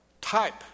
type